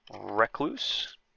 recluse